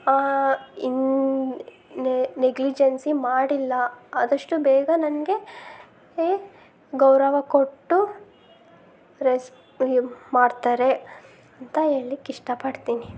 ಇನ್ನು ನೆಗ್ಲಿಜೆನ್ಸಿ ಮಾಡಿಲ್ಲ ಆದಷ್ಟು ಬೇಗ ನನಗೆ ಎ ಗೌರವ ಕೊಟ್ಟು ರೆಸ್ ಮಾಡ್ತಾರೆ ಅಂತ ಹೇಳ್ಲಿಕ್ಕೆ ಇಷ್ಟಪಡ್ತೀನಿ